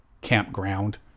campground